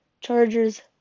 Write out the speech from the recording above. Chargers